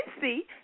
see